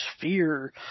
fear